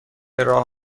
راه